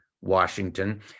washington